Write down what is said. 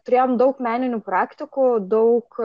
turėjom daug meninių praktikų daug